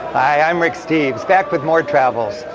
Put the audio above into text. hi, i'm rick steves, back with more travels.